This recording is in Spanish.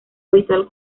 habitual